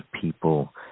people